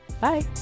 bye